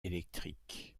électrique